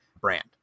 brand